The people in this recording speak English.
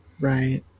right